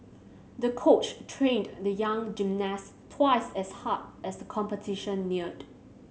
the coach trained the young gymnast twice as hard as the competition neared